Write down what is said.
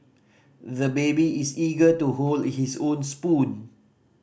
the baby is eager to hold his own spoon